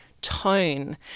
tone